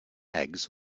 eggs